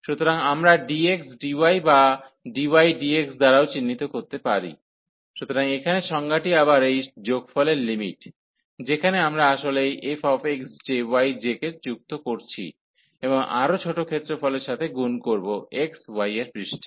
সুতরাং আমরা dx dy বা dy dx দ্বারাও চিহ্নিত করতে পারি সুতরাং এখানে সংজ্ঞাটি আবার এই যোগফলের লিমিট যেখানে আমরা আসলে এই fxj yj কে যুক্ত করছি এবং আরও ছোট ক্ষেত্রফলের সাথে গুণ করব x y এর পৃষ্ঠে